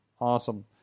awesome